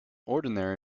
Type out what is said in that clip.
ordinary